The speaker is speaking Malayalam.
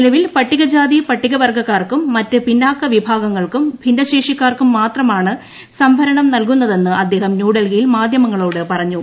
നിലവിൽ പട്ടികജാതി പട്ടികവർഗ്ഗക്കാർക്കും മറ്റ് പിന്നാക്ക വിഭാഗങ്ങൾക്കും ഭിന്നശേഷിക്കാർക്കും മാത്രമാണ് സംവരണം നൽകുന്നതെന്ന് അദ്ദേഹം ന്യൂഢൽഹിയിൽ മാധ്യമങ്ങളോട് പറഞ്ഞു